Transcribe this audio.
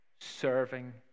serving